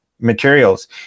materials